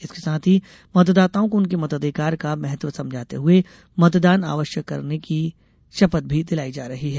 इसके साथ ही मतदाताओं को उनके मताधिकार का महत्व समझाते हुए मतदान अवश्य करने की शपथ भी दिलाई जा रही है